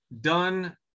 done